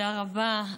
תודה רבה.